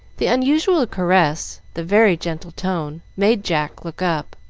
the unusual caress the very gentle tone, made jack look up,